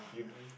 you don't